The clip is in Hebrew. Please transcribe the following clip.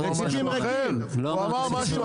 לא אמרתי שיש